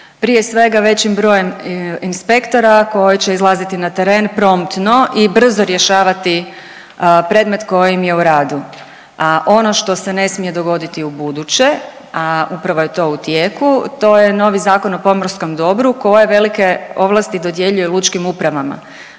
Prije svega većim brojem inspektora koji će izlaziti na teren promptno i brzo rješavati predmet koji im je u radu, a ono što se ne smije dogoditi ubuduće, a upravo je to u tijeku to je novi Zakon o pomorskom dobru koje velike ovlasti dodjeljuje lučkim upravama.